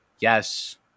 Yes